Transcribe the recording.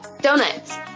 donuts